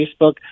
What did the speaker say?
Facebook